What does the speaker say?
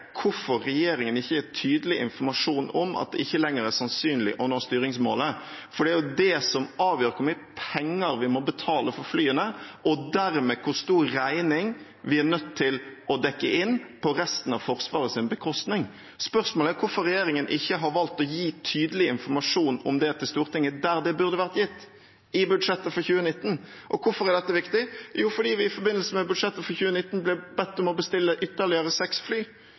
hvorfor regjeringen ikke gir tydelig informasjon om at det ikke lenger er sannsynlig å nå styringsmålet. For det er det som avgjør hvor mye penger vi må betale for flyene, og dermed hvor stor regning vi er nødt til å dekke inn på resten av Forsvarets bekostning. Spørsmålet er hvorfor regjeringen har valgt å ikke gi tydelig informasjon om det til Stortinget der det burde vært gitt; i budsjettet for 2019. Hvorfor er dette viktig? Jo, fordi vi i forbindelse med budsjettet for 2019 ble bedt om å bestille ytterligere seks fly.